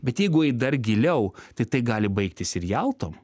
bet jeigu eit dar giliau tai tai gali baigtis ir jaltom